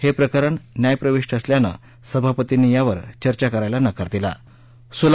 हे प्रकरण न्यायप्रविष्ठ असल्यानं सभापतींनी यावर चर्चा करायला नकार दिला